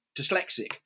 dyslexic